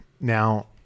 Now